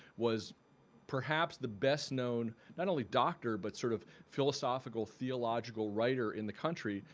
was perhaps the best known not only doctor but sort of philosophical-theological writer in the country.